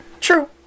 True